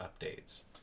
updates